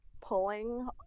pulling